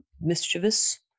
mischievous